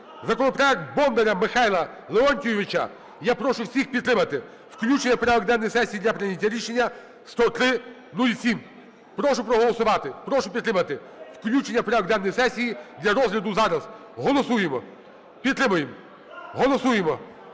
Законопроект Бондаря Михайла Леонтійовича, я прошу всіх підтримати включення в порядок денний сесії для прийняття рішення 10307. Прошу проголосувати, прошу підтримати включення в порядок денний сесії для розгляду зараз. Голосуємо. Підтримуємо. Голосуємо.